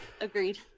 Agreed